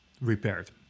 repaired